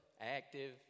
active